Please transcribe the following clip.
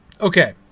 Okay